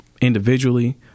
individually